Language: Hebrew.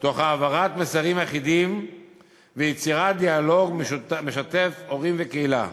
תוך העברת מסרים אחידים ויצירת דיאלוג המשתף הורים וקהילה.